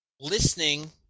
Listening